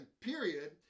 period